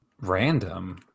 random